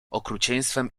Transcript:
okrucieństwem